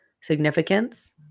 significance